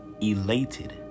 elated